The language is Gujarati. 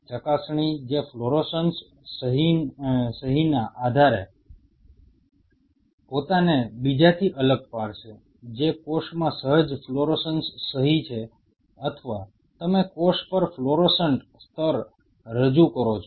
ચકાસણી જે ફ્લોરોસન્સ સહીના આધારે પોતાને બીજાથી અલગ પાડશે જે કોષમાં સહજ ફ્લોરોસન્સ સહી છે અથવા તમે કોષ પર ફ્લોરોસન્ટ સ્તર રજૂ કરો છો